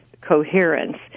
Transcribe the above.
coherence